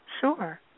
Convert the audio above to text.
sure